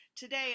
Today